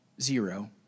zero